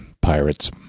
pirates